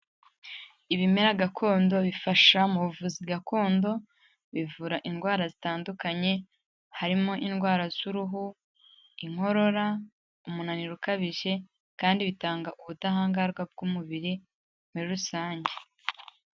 Ibimera gakondo bifasha mu buvuzi gakondo, bivura indwara zitandukanye, harimo indwara z'uruhu, inkorora, umunaniro ukabije, kandi bitanga ubudahangarwa bw'umubiri muri rusange.